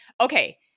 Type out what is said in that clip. okay